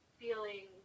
feeling